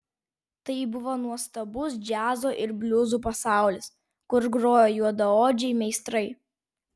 tai buvo nuostabus džiazo ir bliuzų pasaulis kur grojo juodaodžiai meistrai